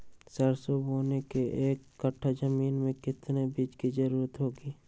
सरसो बोने के एक कट्ठा जमीन में कितने बीज की जरूरत होंगी?